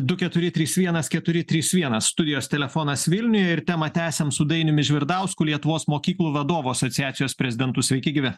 du keturi trys vienas keturi trys vienas studijos telefonas vilniuje ir temą tęsiam su dainiumi žvirdausku lietuvos mokyklų vadovų asociacijos prezidentu sveiki gyvi